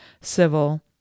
civil